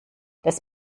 das